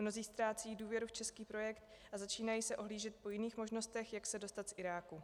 Mnozí ztrácejí důvěru v český projekt a začínají se ohlížet po jiných možnostech, jak se dostat z Iráku.